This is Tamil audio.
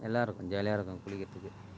நல்லா இருக்கும் ஜாலியாக இருக்கும் குளிக்கறதுக்கு